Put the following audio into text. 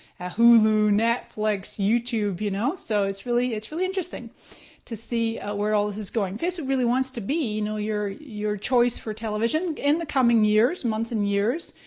hulu, netflix, youtube. you know so it's really it's really interesting to see ah where all this is going. facebook really wants to be you know your your choice for television in the coming years, months and years.